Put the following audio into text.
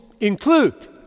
include